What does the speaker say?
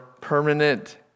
permanent